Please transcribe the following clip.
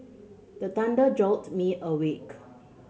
the thunder jolt me awake